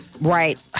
Right